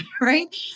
Right